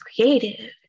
creative